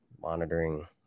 monitoring